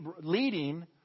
leading